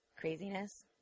craziness